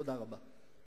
תודה רבה.